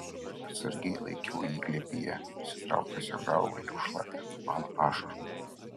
atsargiai laikiau jį glėbyje prisitraukęs jo galvą jau šlapią nuo mano ašarų